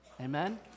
Amen